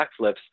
backflips